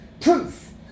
Proof